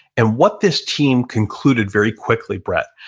and what this team concluded very quickly, brett,